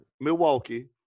Milwaukee